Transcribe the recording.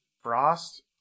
Frost